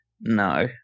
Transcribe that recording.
no